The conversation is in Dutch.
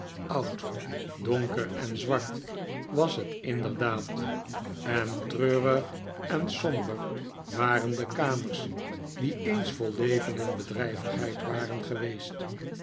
oud donker en zwart was het inderdaad en treurig en somber waren de kamers die eens vol leven en bedrijvigheid waren geweest